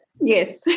Yes